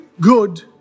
good